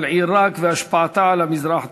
על עיראק והשפעתה על המזרח התיכון,